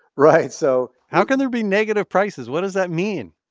right, so. how can there be negative prices? what does that mean?